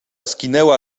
skinęła